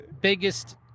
biggest